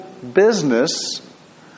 Business